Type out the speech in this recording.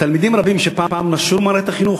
תלמידים רבים שפעם נשרו ממערכת החינוך,